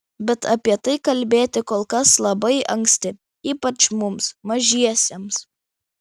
bet apie tai kalbėti kol kas labai anksti ypač mums mažiesiems